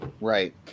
Right